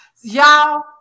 y'all